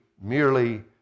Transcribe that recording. merely